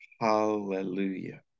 hallelujah